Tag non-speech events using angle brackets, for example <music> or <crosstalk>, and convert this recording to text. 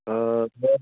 <unintelligible>